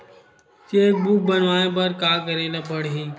Cheque book बनवाय बर का करे ल पड़हि?